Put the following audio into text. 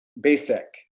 basic